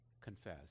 confess